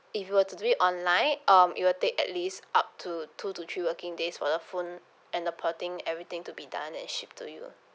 if you to do it online um it will take at least up to two to three working days for the phone and the porting everything to be done and ship to you